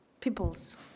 peoples